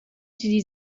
die